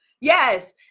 Yes